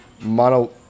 Mono